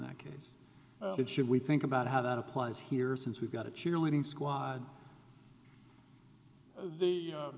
that case it should we think about how that applies here since we've got a cheerleading squad the